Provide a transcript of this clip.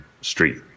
street